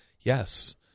Yes